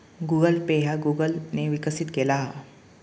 Google Pay ह्या Google ने विकसित केला हा